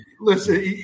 Listen